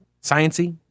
science-y